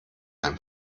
ein